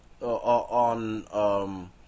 on